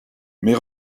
mais